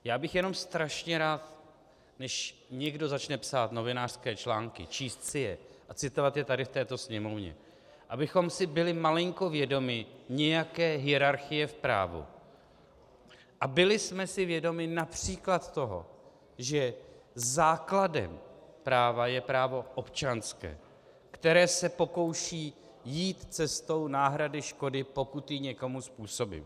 Já bych jenom strašně rád, než někdo začne psát novinářské články, číst si je a citovat je tady v této Sněmovně, abychom si byli malinko vědomi nějaké hierarchie v právu a byli si vědomi například toho, že základem práva je právo občanské, které se pokouší jít cestou náhrady škody, pokud ji někomu způsobím.